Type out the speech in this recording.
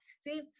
See